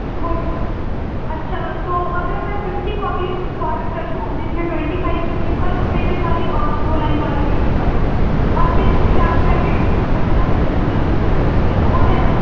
ہو جائے گا اچھا تو اگر میں ففٹی کاپیز کا آڈر کر دوں جس میں ٹوونٹی فائیو سمپل پیجیز والی اور دو لائن والی ٹوینٹی فائیو آپ پھر چار پیکٹ اپسرا کی پینسل آڈر کرنی ہے تو ہو جائے گا نا